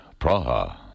Praha